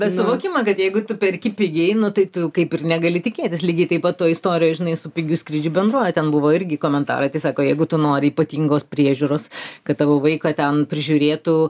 bet suvokimą kad jeigu tu perki pigiai tai tu kaip ir negali tikėtis lygiai taip pat toj istorijoj žinai su pigių skrydžių bendrove ten buvo irgi komentarai tai sako jeigu tu nori ypatingos priežiūros kad tavo vaiką ten prižiūrėtų